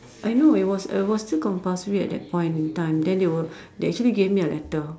I know it was it was still compulsory at that point in time then they will they actually gave me a letter